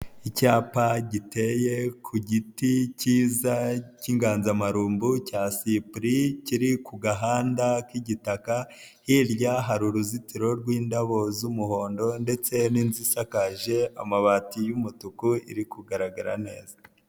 Icyapa giteye ku giti kiza k'inganzamarumbu cya sipuli kiri ku gahanda k'igitaka, hirya hari uruzitiro rw'indabo z'umuhondo ndetse n'inzu isakaje amabati y'umutuku iri kugaragara neza.